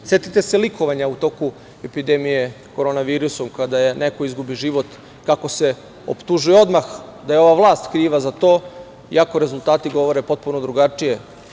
Setite se likovanja u toku epidemije korona virusom kada je neko izgubio život, kako se optužuje odmah da je ova vlast kriva za to, iako rezultati govore potpuno drugačije.